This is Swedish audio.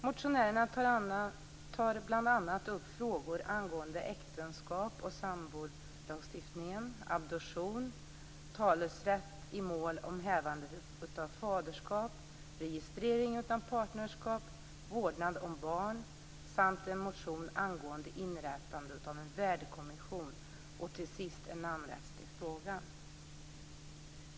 Motionärerna tar bl.a. upp frågor angående äktenskap och sambolagstiftning, adoption, talerätt i mål om hävande av faderskap, registrering av partnerskap, vårdnad om barn samt en motion angående inrättande av en värdekommission och till sist en namnrättslig fråga.